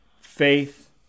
faith